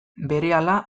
berehala